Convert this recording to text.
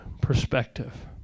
perspective